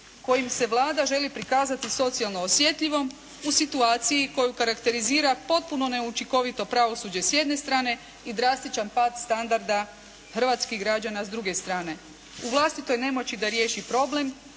kojim se Vlada želi prikazati socijalno osjetljivom u situaciji koju karakterizira potpuno neučinkovito pravosuđe s jedne strane i drastičan pad standarda hrvatskih građana s druge strane u vlastitoj nemoći da riješi problem,